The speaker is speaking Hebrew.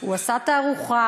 הוא עשה תערוכה.